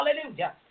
hallelujah